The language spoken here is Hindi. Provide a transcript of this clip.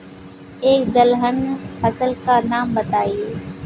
एक दलहन फसल का नाम बताइये